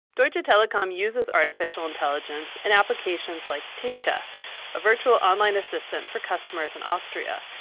deutsche telekom uses artificial intelligence in applications like tinka a virtual online assistant for customers in austria.